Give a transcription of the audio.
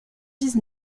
dix